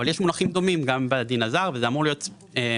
אבל יש מונחים דומים גם בדין הזר וזה אמור להיות שווה,